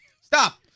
stop